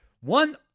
one